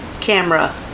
Camera